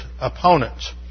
opponents